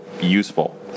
useful